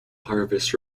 harvests